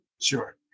Sure